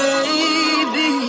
Baby